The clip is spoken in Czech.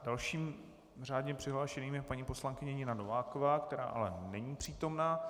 Dalším řádně přihlášeným je paní poslankyně Nina Nováková, která ale není přítomna.